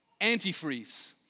antifreeze